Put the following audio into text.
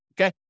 Okay